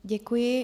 Děkuji.